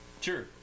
Sure